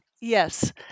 Yes